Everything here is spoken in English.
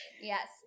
Yes